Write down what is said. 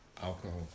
Alcohol